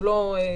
הוא לא כפוף,